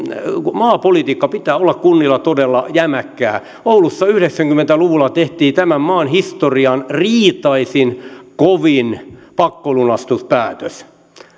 maapolitiikan pitää olla kunnilla todella jämäkkää oulussa yhdeksänkymmentä luvulla tehtiin tämän maan historian riitaisin kovin pakkolunastuspäätös